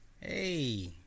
Hey